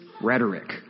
rhetoric